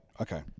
okay